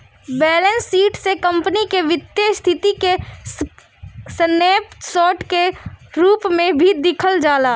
balance sheet से company के वित्तीय स्थिति के स्नैप शोर्ट के रूप में भी देखल जाला